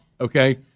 okay